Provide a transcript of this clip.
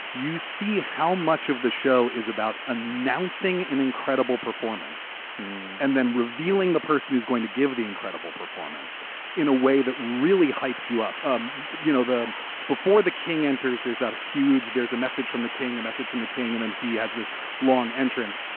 you see how much of the show is about announcing an incredible performance and then revealing the person who's going to give the incredible performance in a way that really hypes you up. um you know, the before the king enters, there's not a huge there's a message from the king, a message from the king, and then he has this long entrance.